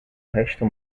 resta